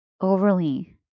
overly